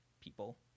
people